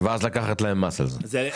ואז לקחת להם מס על זה.